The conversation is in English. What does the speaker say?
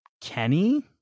Kenny